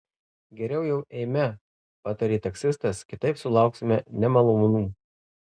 geriau jau eime patarė taksistas kitaip sulauksime nemalonumų